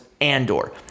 Andor